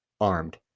armed